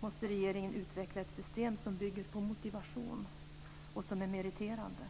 måste regeringen utveckla ett system som bygger på motivation och som är meriterande.